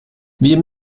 wir